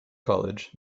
college